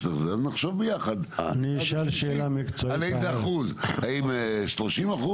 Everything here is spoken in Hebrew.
אז נחשוב ביחד על איזה אחוז אם 30%,